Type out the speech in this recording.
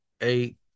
eight